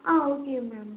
ah okay ma'am